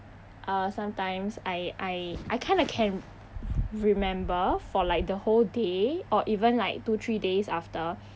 uh sometimes I I I kind of can remember for like the whole day or even like two three days after